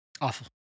awful